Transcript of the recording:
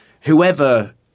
whoever